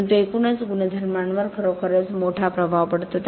परंतु एकूणच गुणधर्मांवर खरोखरच मोठा प्रभाव पडतो